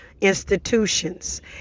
institutions